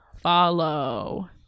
follow